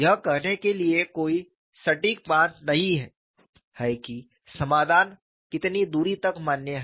यह कहने के लिए कोई सटीक मान नहीं है कि समाधान कितनी दूरी तक मान्य है